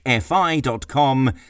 fi.com